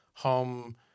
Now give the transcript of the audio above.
home